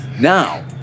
now